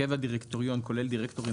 "הרכב הדירקטוריון כולל דירקטורים